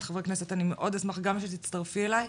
חברי הכנסת ואני מאוד אשמח גם שאת תצטרפי אליי.